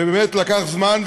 וזה באמת לקח זמן,